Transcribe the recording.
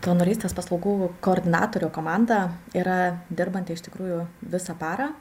donorystės paslaugų koordinatorių komanda yra dirbanti iš tikrųjų visą parą